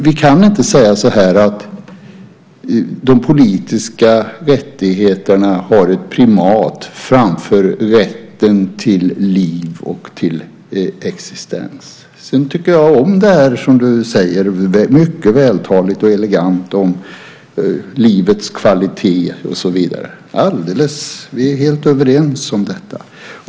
Vi kan inte säga att de politiska rättigheterna har ett primat framför rätten till liv och till existens. Jag tycker om det du säger mycket vältaligt och elegant om livets kvalitet och så vidare. Vi är helt överens om detta.